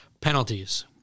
Penalties